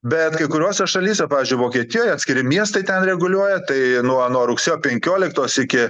bet kai kuriose šalyse pavyzdžiui vokietijoj atskiri miestai ten reguliuoja tai nuo nuo rugsėjo penkioliktos iki